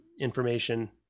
information